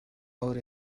ağır